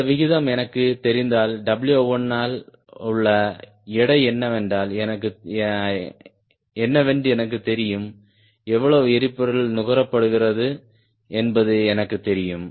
இந்த விகிதம் எனக்குத் தெரிந்தால் W1 இல் உள்ள எடை என்னவென்று எனக்குத் தெரியும் எவ்வளவு எரிபொருள் நுகரப்படுகிறது என்பது எனக்குத் தெரியும்